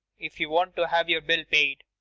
if you want to have your bill paid.